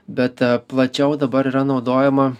bet plačiau dabar yra naudojama